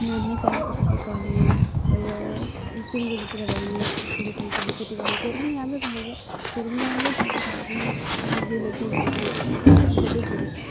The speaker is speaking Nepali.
नाम नि चलेको छ त्यो कलेज अब यो सि सिलगढीतिर भने अब सूर्यसेन कलेज सिटी कलेज त्योहरू पनि राम्रो कलेज हो त्योहरू पनि राम्रै छ त्यता पनि मेरो रिलेटिभ्सहरू रिलेटिभ्सहरू